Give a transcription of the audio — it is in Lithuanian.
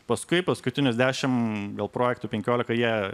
paskui paskutinius dešimt gal projektų penkiolika jie